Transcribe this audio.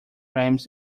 rhymes